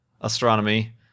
astronomy